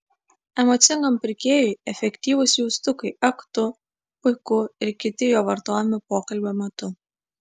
emocingam pirkėjui efektyvūs jaustukai ak tu puiku ir kiti jo vartojami pokalbio metu